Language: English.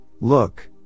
look